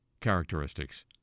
characteristics